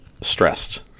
stressed